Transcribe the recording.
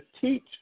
teach